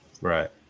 Right